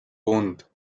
wound